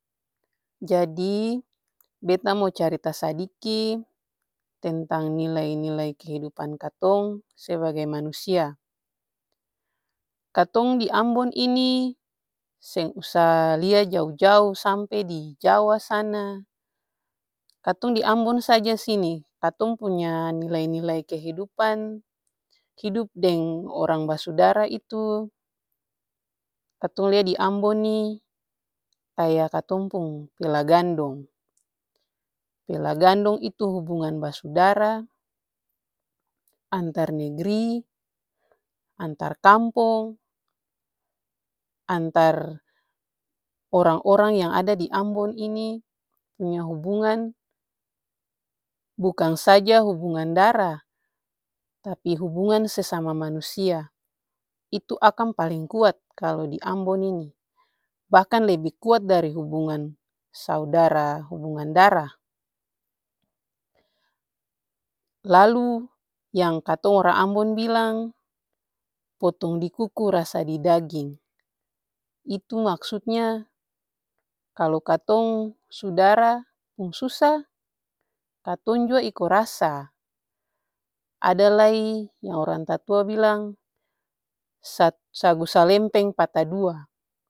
Jadi beta mo carita sadiki tentang nilai-nilai kehidupan katong sebagai manusia. Katong di ambon ini seng usa lia jao-jao sampe di jawa sana. Katong di ambon saja sini katong punya nilai-nilai kehidupan, hidup deng orang basudara itu katong lia di ambon nih kaya katong pung pela gandong. Pela gandong itu hubungan basudara, antar negri, antar kampong, antar orang-orang yang ada di ambon ini punya hubungan, bukan saja hubungan dara, tapi hubungan sesama manusia itu akang paling kuat kalu di ambon ini bahkan lebi kuat dari hubungan saudara hubungan dara. Lalu yang katong orang ambon bilang potong dikuku rasa didaging, itu maksudnya kalu katong sudara pung susa katong jua iko rasa. Ada lai yang orang tatua bilang sa-sagu salempeng pata dua.